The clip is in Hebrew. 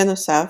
בנוסף,